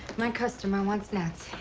my customer wants natts,